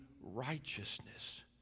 righteousness